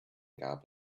garb